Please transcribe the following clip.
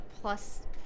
plus